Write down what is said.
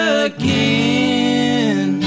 again